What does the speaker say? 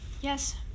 Yes